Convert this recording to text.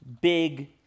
big